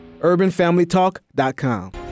urbanfamilytalk.com